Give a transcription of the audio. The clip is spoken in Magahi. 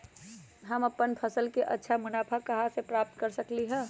हम अपन फसल से अच्छा मुनाफा कहाँ से प्राप्त कर सकलियै ह?